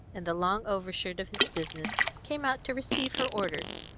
in the long over-shirt of his business, came out to receive her orders.